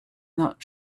not